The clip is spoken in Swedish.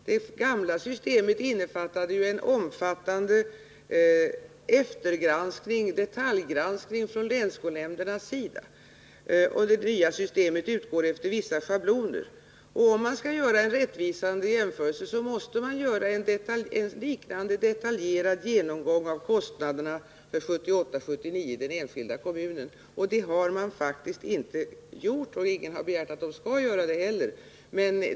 Det gamla systemet innefattade ju en omfattande detaljgranskning från länsskolnämndernas sida. Det nya systemet utgår från vissa schabloner. Skall man göra en rättvisande jämförelse, måste man göra en liknande detaljgenomgång av kostnaderna för 1978/79 i den enskilda kommunen. Det har man faktiskt inte gjort. Ingen har heller begärt att kommunerna skall göra det.